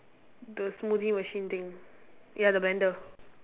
the smoothie machine thing ya the blender